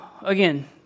Again